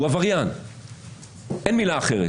אין מילה אחרת,